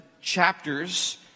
chapters